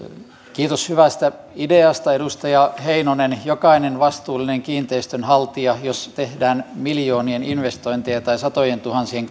kiitos hyvästä ideasta edustaja heinonen jokainen vastuullinen kiinteistönhaltija jos tehdään miljoonien investointeja tai satojentuhansien